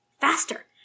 faster